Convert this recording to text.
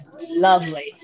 Lovely